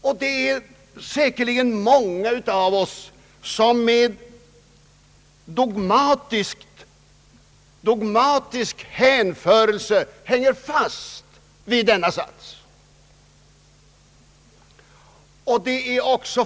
Många av oss hänger säkerligen med dogmatisk hänförelse fast vid denna sats.